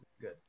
good